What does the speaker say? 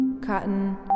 cotton